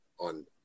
on